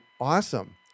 awesome